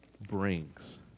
brings